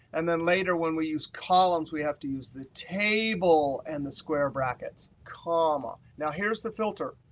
and then later, when we use columns, we have to use the table and the square brackets, comma. now here's the filter,